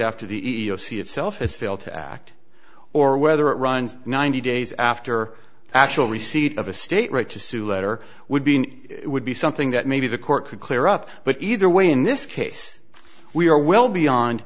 after the e e o c itself has failed to act or whether it runs ninety days after actual receipt of a state right to sue letter would be would be something that maybe the court could clear up but either way in this case we are well beyon